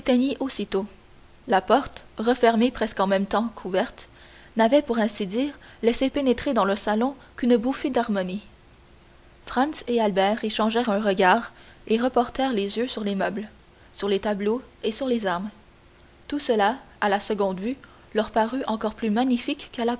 aussitôt la porte refermée presque en même temps qu'ouverte n'avait pour ainsi dire laissé pénétrer dans le salon qu'une bouffée d'harmonie franz et albert échangèrent un regard et reportèrent les yeux sur les meubles sur les tableaux et sur les armes tout cela à la seconde vue leur parut encore plus magnifique